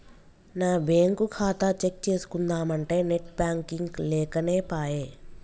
నా బ్యేంకు ఖాతా చెక్ చేస్కుందామంటే నెట్ బాంకింగ్ లేకనేపాయె